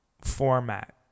format